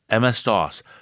MS-DOS